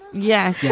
yeah.